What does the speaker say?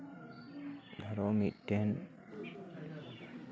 ᱟᱨᱚ ᱢᱤᱫᱴᱮᱱ